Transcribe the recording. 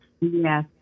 Yes